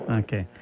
okay